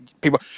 people